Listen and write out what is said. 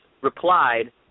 replied